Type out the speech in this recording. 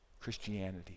Christianity